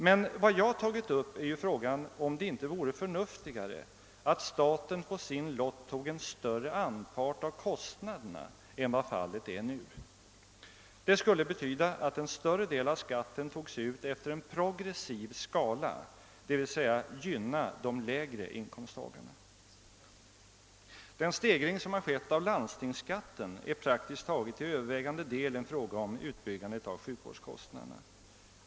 Men vad jag tagit upp är ju frågan om det inte vore förnuftigare att staten på sin lott tog en större anpart av kostnaderna än vad fallet nu är. Det skulle betyda att en större del av skatten togs ut efter en progressiv skala, d.v.s. gynna de lägre inkomsttagarna. Den stegring av landstingsskatten som skett är praktiskt taget till övervägande del en fråga om ökning av sjukvårdskostnaderna.